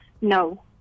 No